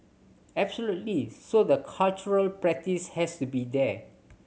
absolutely so the cultural practice has to be there